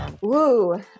Woo